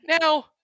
Now